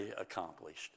accomplished